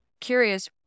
curious